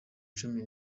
cumi